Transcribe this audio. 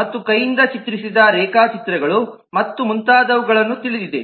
ಮತ್ತು ಕೈಯಿಂದ ಚಿತ್ರಿಸಿದ ರೇಖಾಚಿತ್ರಗಳು ಮತ್ತು ಮುಂತಾದವುಗಳನ್ನು ತಿಳಿದಿದೆ